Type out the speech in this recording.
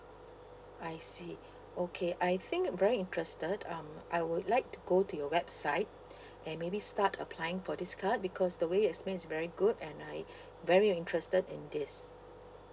I see okay I think very interested um I would like to go to your website and maybe start applying for this card because the way you explain is very good and I very interested in this